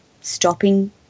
stopping